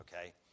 okay